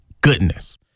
goodness